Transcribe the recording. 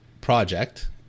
project